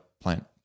plant